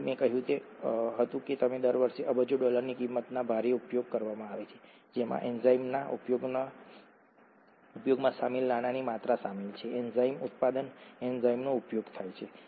તેથી મેં કહ્યું હતું તેમ દર વર્ષે અબજો ડોલરની કિંમતનો ભારે ઉપયોગ કરવામાં આવે છે જેમાં એન્ઝાઇમના ઉપયોગમાં સામેલ નાણાંની માત્રા સામેલ છે એન્ઝાઇમ ઉત્પાદન એન્ઝાઇમનો ઉપયોગ થાય છે